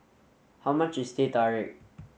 how much is Teh Tarik